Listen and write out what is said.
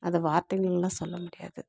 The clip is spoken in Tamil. அதை வார்த்தைங்களில் சொல்ல முடியாது